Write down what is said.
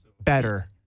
better